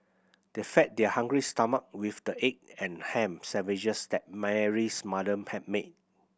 they fed their hungry stomach with the egg and ham sandwiches that Mary's mother had made